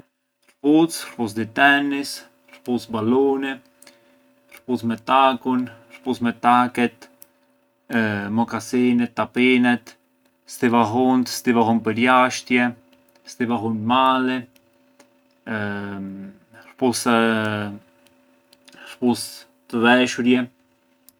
Këpucet, Këpucet dhi tenis, Këpucet baluni, Këpucet me takun, Këpucet me taket, mokasinet, tapinet, Stivallunët, Stivallunët përjashtje, Stivallunët mali, këpucë këpucët të veshurje.